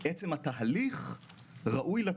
שבהם תהיה ההפניה הזאת.